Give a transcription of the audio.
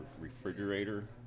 refrigerator